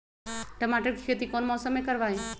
टमाटर की खेती कौन मौसम में करवाई?